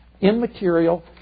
immaterial